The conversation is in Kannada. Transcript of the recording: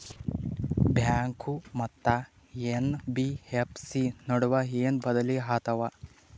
ಬ್ಯಾಂಕು ಮತ್ತ ಎನ್.ಬಿ.ಎಫ್.ಸಿ ನಡುವ ಏನ ಬದಲಿ ಆತವ?